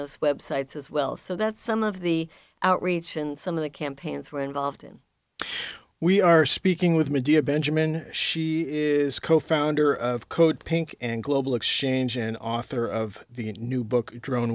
those websites as well so that some of the outreach and some of the campaigns were involved in we are speaking with medea benjamin she is co founder of code pink and global exchange and author of the new book drone